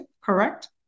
correct